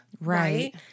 right